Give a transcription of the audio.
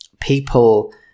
people